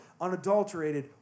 unadulterated